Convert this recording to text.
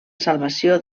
salvació